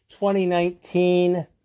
2019